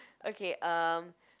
okay um